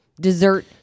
Dessert